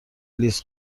لیز